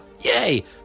Yay